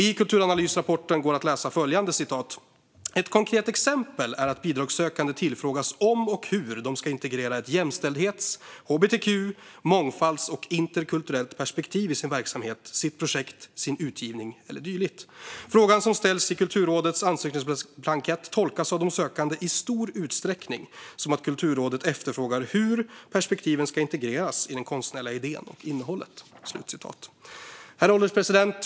I Kulturanalysrapporten går det att läsa följande: "Ett konkret exempel är att bidragssökande tillfrågas om och hur de ska integrera ett jämställdhets, hbtq, mångfalds och interkulturellt perspektiv i sin verksamhet, sitt projekt, sin utgivning eller dylikt. Frågan som ställs i Kulturrådets ansökningsblankett tolkas av de sökande, i stor utsträckning, som att Kulturrådet frågar efter hur perspektiven ska integreras i den konstnärliga idén och innehållet. "Herr ålderspresident!